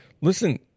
listen